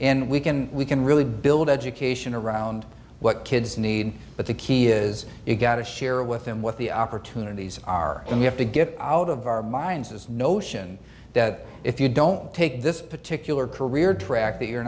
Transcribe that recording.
and we can we can really build education around what kids need but the key is you gotta share with him what the opportunities are and you have to get out of our minds his notion that if you don't take this particular career track that you're